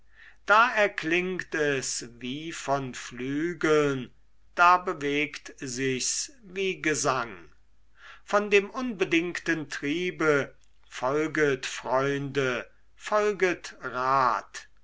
da erklingt es wie von flügeln da bewegt sich's wie gesang und dem unbedingten triebe folget freude folget rat